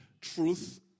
truth